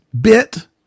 bit